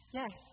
yes